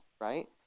right